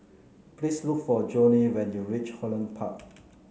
please look for Joni when you reach Holland Park